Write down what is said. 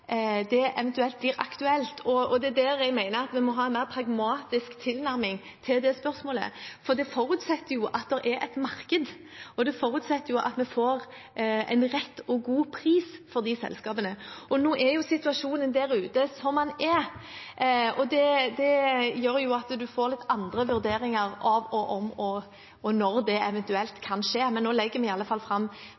det eventuelt blir aktuelt. Det er der jeg mener vi må ha en mer pragmatisk tilnærming til det spørsmålet, for det forutsetter at det er et marked, og det forutsetter at vi får en rett og god pris for de selskapene. Nå er jo situasjonen der ute som den er, og det gjør at en får litt andre vurderinger av om og når det eventuelt